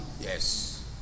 Yes